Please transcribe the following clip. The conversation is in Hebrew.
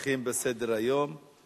נמשיך בהצעה לסדר-היום בנושא: